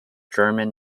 german